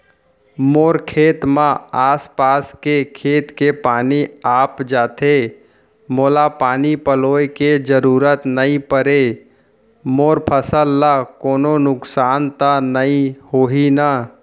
मोर खेत म आसपास के खेत के पानी आप जाथे, मोला पानी पलोय के जरूरत नई परे, मोर फसल ल कोनो नुकसान त नई होही न?